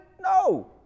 No